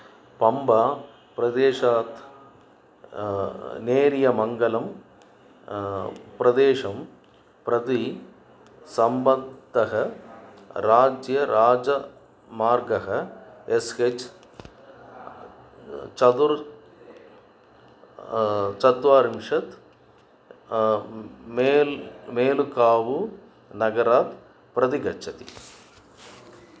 पम्बा प्रदेशात् नेर्यमङ्गलं प्रदेशं प्रति सम्बत्तः राज्यराजमार्गः एस् हेच् चतुर् चत्वारिंशत् मेल् मेलुकावुनगरात् प्रतिगच्छति